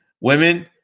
Women